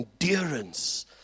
endurance